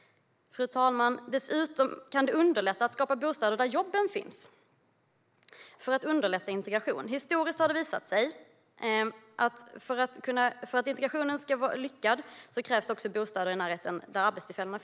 Fru talman! Dessutom kan det underlätta integrationen att man skapar bostäder där jobben finns. Historiskt har det visat sig att för att integrationen ska vara lyckad krävs det att det finns bostäder i närheten av arbetstillfällena.